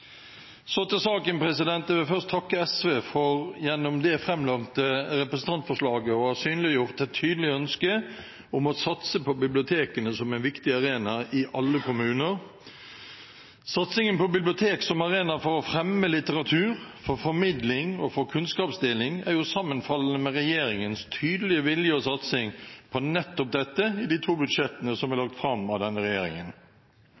Så til saken. Jeg vil først takke SV for gjennom det framlagte representantforslaget å ha synliggjort et tydelig ønske om å satse på bibliotekene som en viktig arena i alle kommuner. Satsingen på bibliotek som arena for å fremme litteratur, for formidling og for kunnskapsdeling er jo sammenfallende med regjeringens tydelige vilje til satsing på nettopp dette i de to budsjettene som er lagt fram av denne regjeringen.